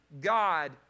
God